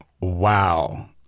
Wow